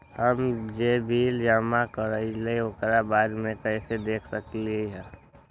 हम जे बिल जमा करईले ओकरा बाद में कैसे देख सकलि ह?